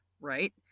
right